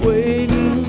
Waiting